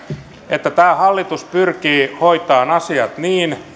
että tämä hallitus pyrkii hoitamaan asiat niin